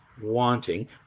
wanting